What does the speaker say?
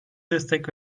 destek